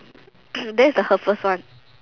there's the her first one